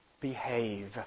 behave